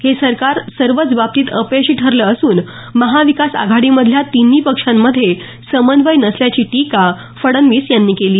हे सरकार सर्वच बाबतीत अपयशी ठरलं असून महाविकास आघाडीमधल्या तिन्ही पक्षांमध्ये समन्वय नसल्याची टीका फडणवीस यांनी केली